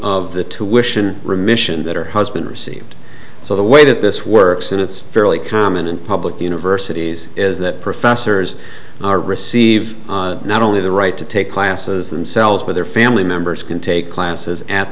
and remission that her husband received so the way that this works and it's fairly common in public universities is that professors are receive not only the right to take classes themselves with their family members can take classes at